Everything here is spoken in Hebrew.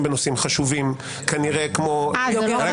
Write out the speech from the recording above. בנושאים חשובים כנראה כמו --- פשיעה.